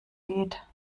geht